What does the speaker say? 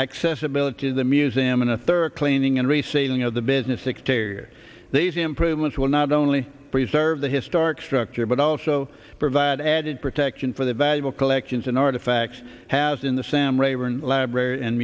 accessibility of the museum and a thorough cleaning and receiving of the business exterior these improvements will not only preserve the historic structure but also provide added protection for the valuable collections in artifacts has in the sam rayburn library and